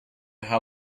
how